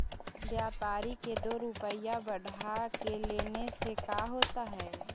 व्यापारिक के दो रूपया बढ़ा के लेने से का होता है?